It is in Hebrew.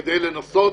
כדי לנסות